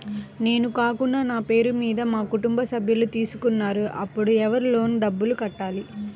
నేను కాకుండా నా పేరు మీద మా కుటుంబ సభ్యులు తీసుకున్నారు అప్పుడు ఎవరు లోన్ డబ్బులు కట్టాలి?